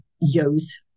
yo's